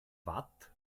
watt